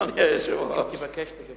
אדוני היושב-ראש, אם תבקש, תקבל.